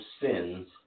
sins